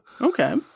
okay